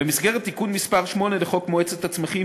במסגרת תיקון מס' 8 לחוק מועצת הצמחים